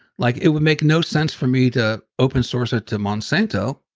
like it would make no sense for me to open source it to monsanto,